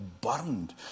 burned